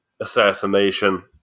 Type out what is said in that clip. assassination